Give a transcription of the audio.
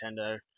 Nintendo